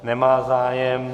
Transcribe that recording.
Nemá zájem.